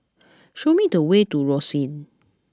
show me the way to Rosyth